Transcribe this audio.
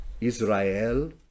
Israel